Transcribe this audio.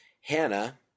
Hannah